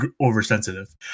oversensitive